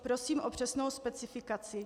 Prosím o přesnou specifikaci.